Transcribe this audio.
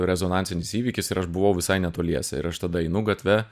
rezonansinis įvykis ir aš buvau visai netoliese ir aš tada einu gatve